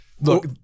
Look